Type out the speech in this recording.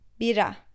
Bira